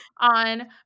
on